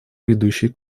ведущий